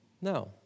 No